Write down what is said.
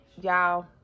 Y'all